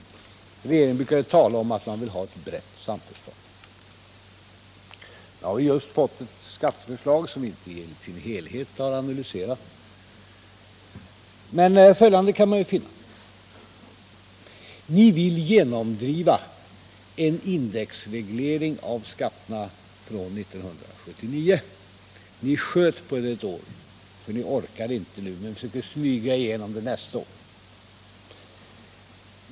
Regeringen brukar ju tala om att man vill ett brett samförstånd. Jag har just fått ett skatteförslag som vi inte i sin helhet har analyserat, men man kan konstatera följande: Ni vill genomdriva en indexreglering av skatterna från 1979 — ni sköt på det ett år eftersom ni inte orkade med en sådan nu, men ni försöker smyga igenom det nästa år.